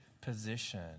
position